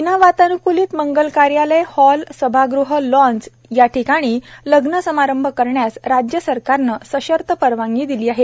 विना वातानुकलित मंगल कार्यालय हॉल सभागृह लॉन्स याठिकाणी लग्न समारंभ करण्यास राज्य सरकारनं सशर्त परवानगी दिली आहे